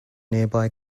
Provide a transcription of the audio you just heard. nearby